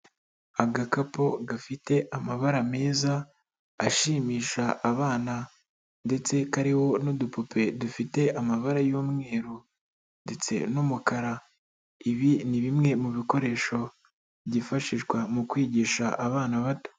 Agakapu gafite amabara meza ashimisha abana ndetse kariho n'udupupe dufite amabara y'umweru ndetse n'umukara, ibi ni bimwe mu bikoresho byifashishwa mu kwigisha abana bato.